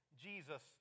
Jesus